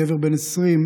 גבר בן 20,